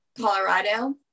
Colorado